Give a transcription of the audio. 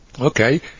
okay